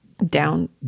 Down